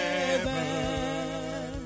heaven